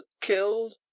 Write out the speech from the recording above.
killed